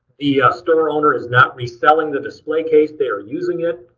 the ah store owner is not reselling the display case. they are using it,